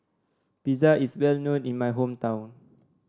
pizza is well known in my hometown